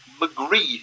McGree